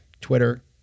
Twitter